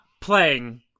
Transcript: playing